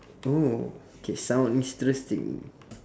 oh okay sound interesting